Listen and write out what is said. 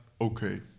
Okay